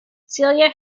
celia